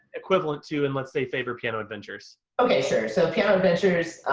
equivalent to in let's say, faber piano adventures? okay sure, so piano adventures,